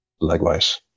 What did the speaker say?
Likewise